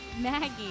Maggie